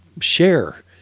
share